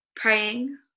Praying